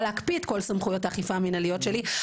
להקפיא את כל סמכויות האכיפה המנהליות שלי,